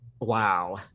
Wow